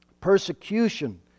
persecution